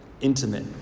intimate